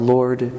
Lord